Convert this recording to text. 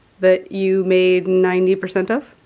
that you made ninety percent of?